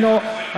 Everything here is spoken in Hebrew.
איננו,